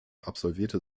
absolvierte